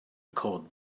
cold